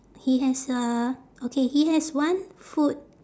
he has a okay he has one foot